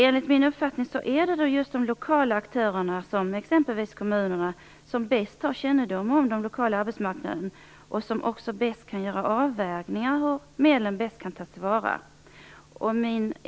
Enligt min uppfattning är det just de lokala aktörerna, som exempelvis kommunerna, som har bäst kännedom om den lokala arbetsmarknaden och som bäst kan göra avvägningar av hur medlen bäst skall tas till vara.